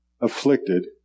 afflicted